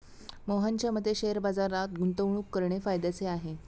मोहनच्या मते शेअर बाजारात गुंतवणूक करणे फायद्याचे आहे